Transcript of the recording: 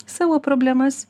savo problemas